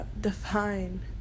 define